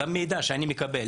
גם מידע שאני מקבל,